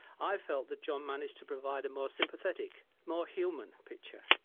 i felt that john managed to provide a more sympathetic more human picture.